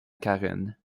carène